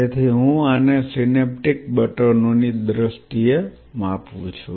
તેથી હું આને સિનેપ્ટિક બટનો ની દ્રષ્ટિએ માપું છું